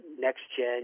next-gen